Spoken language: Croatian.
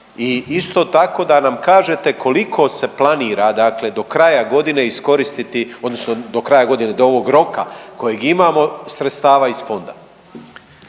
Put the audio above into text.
i isto tako, da nam kažete koliko se planira dakle do kraja godine iskoristiti odnosno do kraja godine, do ovog roka kojeg imamo, sredstava iz fonda?